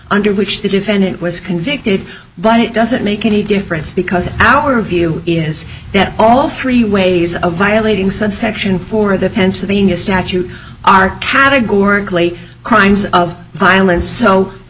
under which the defendant was convicted but it doesn't make any difference because our view is that all three ways of violating subsection four the pennsylvania statute are categorically crimes of violence so the